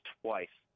twice